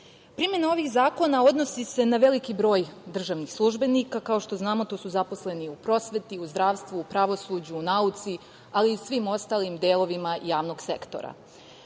sektoru. Primena ovih zakona odnosi se na veliki broj državnih službenika. Kao što znamo, to su zaposleni u prosveti, u zdravstvu, u pravosuđu, u nauci, ali i svim ostalim delovima javnog sektora.